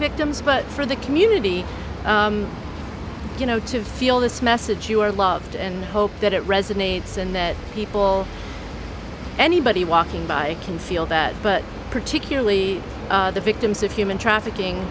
victims but for the community you know to feel this message you are loved and hope that it resonates and that people anybody walking by can feel that but particularly the victims of human trafficking